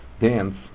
dance